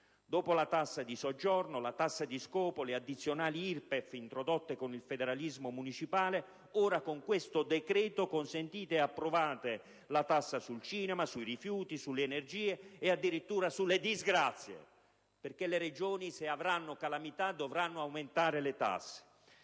dopo la tassa di soggiorno, la tassa di scopo e le addizionali IRPEF introdotte con il federalismo municipale, con questo decreto consentite e approvate la tassa sul cinema, sui rifiuti, sulle energie e addirittura sulle disgrazie, perché le Regioni, se saranno colpite da calamità, dovranno aumentare le tasse.